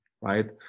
right